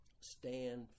stand